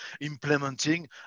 implementing